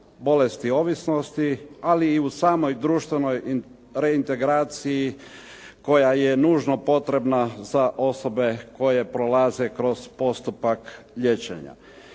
bolesti ovisnosti, ali i u samoj društvenoj reintegraciji koja je nužno potrebna za osobe koje prolaze kroz postupak liječenja.